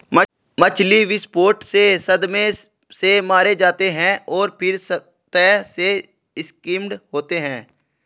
मछली विस्फोट से सदमे से मारे जाते हैं और फिर सतह से स्किम्ड होते हैं